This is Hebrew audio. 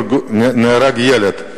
נהרג ילד,